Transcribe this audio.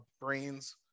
brains